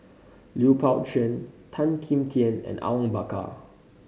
Lui Pao Chuen Tan Kim Tian and Awang Bakar